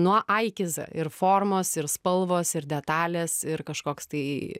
nuo a iki z ir formos ir spalvos ir detalės ir kažkoks tai